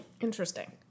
Interesting